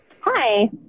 hi